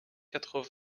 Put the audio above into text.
quatre